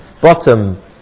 bottom